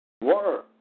Word